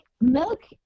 Milk